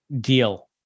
Deal